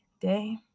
day